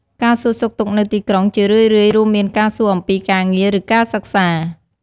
ការសួរសុខទុក្ខនៅទីក្រុង ជារឿយៗ រួមមានការសួរអំពីការងារ ឬការសិក្សា។